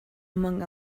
among